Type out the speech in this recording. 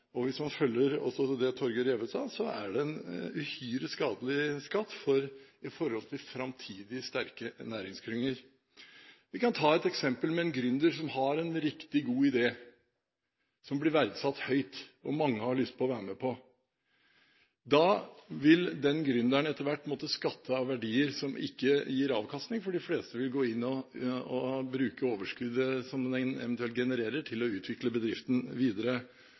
Og hvis man følger det Torger Reve sa, er det en uhyre skadelig skatt med tanke på framtidige, sterke næringsklynger. Jeg kan ta et eksempel om en gründer som har en riktig god idé, som blir verdsatt høyt, og som mange har lyst til å være med på. Da vil den gründeren etter hvert måtte skatte av verdier som ikke gir avkastning, for de fleste vil gå inn og bruke overskuddet som man eventuelt genererer, til å utvikle bedriften videre.